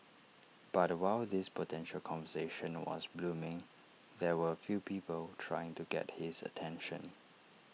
but while this potential conversation was blooming there were A few people trying to get his attention